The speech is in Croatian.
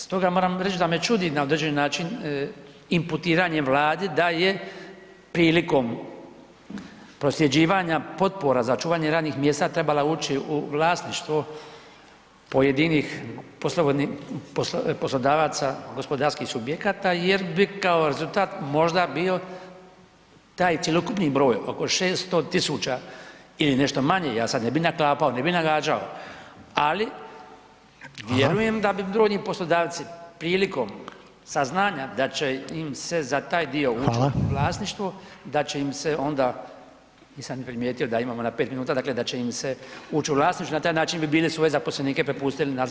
Stoga moram reć da me čudi da na određeni način imputiranje Vladi da je prilikom prosljeđivanja potpora za očuvanje radnih mjesta trebala ući u vlasništvo pojedinih poslodavaca gospodarskih subjekata jer bi kao rezultat možda bio taj cjelokupni broj, oko 600 000 ili nešto manje, ja sad ne bi naklapao, ne bi nagađao, ali vjerujem da bi brojni poslodavci prilikom saznanja da će im se za taj dio ući u vlasništvo [[Upadica: Hvala]] , da će im se onda, nisam ni primjetio da imamo na 5 minuta, dakle da će im se ući u vlasništvo, na taj način bi bili svoje zaposlenike prepustili na HZZ.